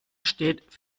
steht